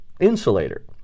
Insulator